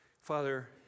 Father